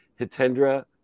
Hitendra